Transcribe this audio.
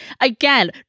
again